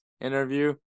interview